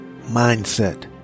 mindset